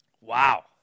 Wow